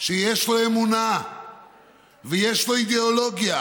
שיש לו אמונה ויש לו אידיאולוגיה,